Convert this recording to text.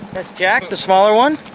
that's jack, the smaller one.